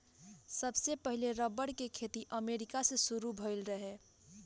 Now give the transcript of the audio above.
सबसे पहिले रबड़ के खेती अमेरिका से शुरू भईल रहे